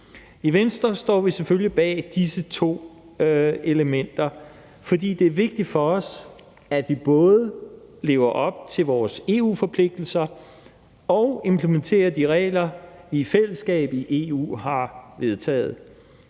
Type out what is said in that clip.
I Venstre står vi selvfølgelig bag disse to elementer, fordi det er vigtigt for os, at de både lever op til vores EU-forpligtelser og implementerer de regler, vi i fællesskab i EU har vedtaget,